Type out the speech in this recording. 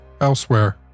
elsewhere